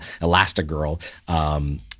Elastigirl